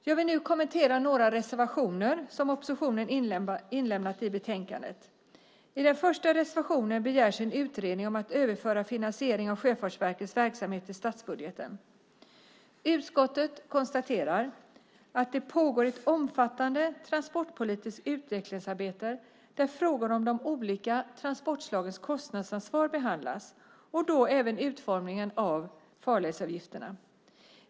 Jag vill nu kommentera några reservationer som oppositionen lämnat i betänkandet. I den första reservationen begärs en utredning om att överföra finansieringen av Sjöfartsverkets verksamhet till statsbudgeten. Utskottet konstaterar att det pågår ett omfattande transportpolitiskt utvecklingsarbete där frågor om de olika transportslagens kostnadsansvar behandlas, även utformningen av farledsavgifterna.